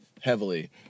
heavily